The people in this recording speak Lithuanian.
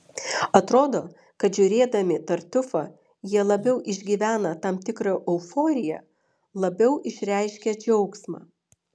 atrodo kad žiūrėdami tartiufą jie labiau išgyvena tam tikrą euforiją labiau išreiškia džiaugsmą